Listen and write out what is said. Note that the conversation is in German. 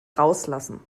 rauslassen